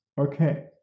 Okay